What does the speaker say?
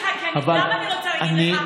למה אני רוצה להגיד לך?